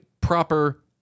proper